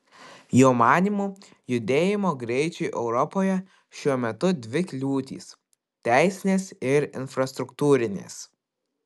jo manymu judėjimo greičiui europoje šiuo metu dvi kliūtys teisinės ir infrastruktūrinės